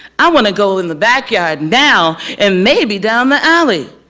i want to go in the backyard now and maybe down the alley,